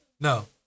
no